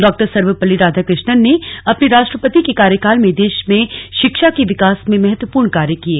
डॉ सर्वपल्ली राधाकृष्णन ने अपने राष्ट्रपति के कार्यकाल में देश में शिक्षा के विकास में महत्वपूर्ण कार्य किये